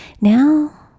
now